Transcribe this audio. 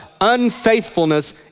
unfaithfulness